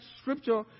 scripture